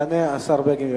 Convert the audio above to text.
ישיב השר בני בגין.